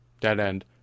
dead-end